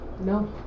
No